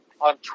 on